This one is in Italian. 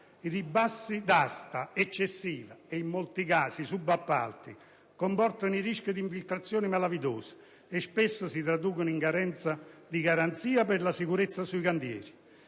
ribassi d'asta eccessivi e, in molti casi, subappalti comportano il rischio di infiltrazioni malavitose e spesso si traducono in carenza di garanzie per la sicurezza sui cantieri.